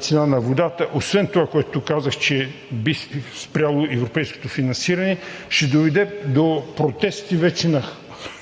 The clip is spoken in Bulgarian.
цена на водата, освен това, което казах, че би спряло европейското финансиране ще доведе вече до протести на